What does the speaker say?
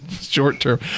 short-term